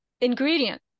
ingredient